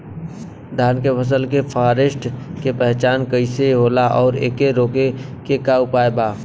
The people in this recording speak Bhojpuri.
धान के फसल के फारेस्ट के पहचान कइसे होला और एके रोके के उपाय का बा?